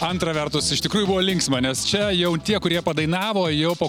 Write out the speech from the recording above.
antra vertus iš tikrųjų buvo linksma nes čia jau tie kurie padainavo jau po